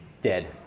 dead